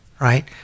right